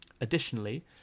Additionally